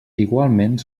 igualment